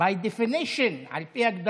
by definition, על פי הגדרה,